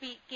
P K